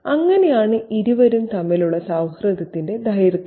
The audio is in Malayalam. അങ്ങനെയാണ് ഇരുവരും തമ്മിലുള്ള സൌഹൃദത്തിന്റെ ദൈർഘ്യം